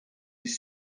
his